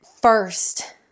first